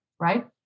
right